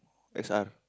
X_R